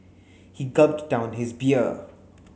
he gulped down his beer